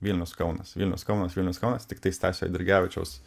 vilnius kaunas vilnius kaunas vilnius kaunas tiktai stasio eidrigevičiaus